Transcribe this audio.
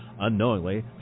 Unknowingly